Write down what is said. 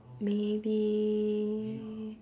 maybe